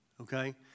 okay